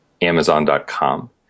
Amazon.com